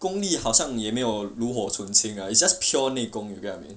功力好像也没有炉火纯青 ah it's just pure 内功 you get what I mean